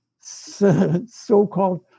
so-called